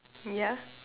yeah